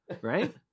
right